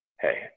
hey